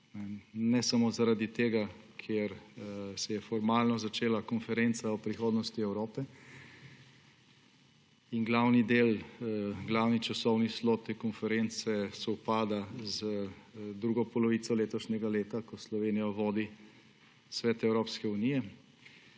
Ne samo zaradi tega, ker se je formalno začela konferenca o prihodnosti Evrope in glavni del, glavni časovni blok te konference sovpada z drugo polovico letošnjega leta, ko Slovenija vodi Svet Evropske unije,